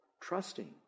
trusting